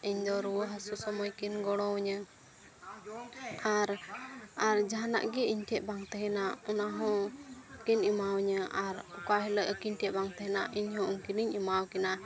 ᱤᱧᱫᱚ ᱨᱩᱣᱟᱹ ᱦᱟᱹᱥᱩ ᱥᱚᱢᱚᱭ ᱠᱤᱱ ᱜᱚᱲᱚ ᱤᱧᱟᱹ ᱟᱨ ᱟᱨ ᱡᱟᱦᱟᱱᱟᱜ ᱜᱮ ᱤᱧᱴᱷᱮᱱ ᱵᱟᱝ ᱛᱟᱦᱮᱱᱟ ᱚᱱᱟ ᱦᱚᱸᱠᱤᱱ ᱮᱢᱟᱣᱤᱧᱟ ᱟᱨ ᱚᱠᱟ ᱦᱤᱞᱳᱜ ᱟᱹᱠᱤᱱ ᱴᱷᱮᱱ ᱵᱟᱝ ᱛᱟᱦᱮᱱᱟ ᱤᱧᱦᱚᱸ ᱩᱱᱠᱤᱱᱤᱧ ᱮᱢᱟ ᱠᱤᱱᱟᱹ